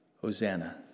Hosanna